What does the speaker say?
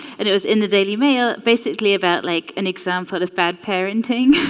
and it was in the daily mail basically about like an example of bad parenting